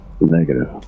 Negative